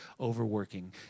overworking